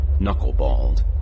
Knuckleballed